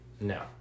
No